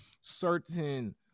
certain